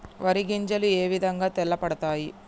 వరి గింజలు ఏ విధంగా తెల్ల పడతాయి?